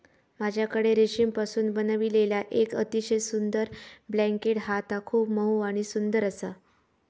माझ्याकडे रेशीमपासून बनविलेला येक अतिशय सुंदर ब्लँकेट हा ता खूप मऊ आणि सुंदर आसा